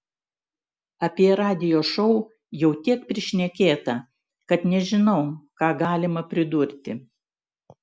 apie radijo šou jau tiek prišnekėta kad nežinau ką galima pridurti